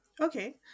okay